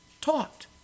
taught